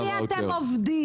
על מי אתם עובדים?